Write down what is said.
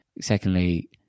Secondly